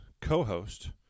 co-host